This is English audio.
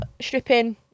stripping